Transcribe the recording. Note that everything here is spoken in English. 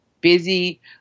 busy